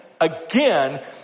again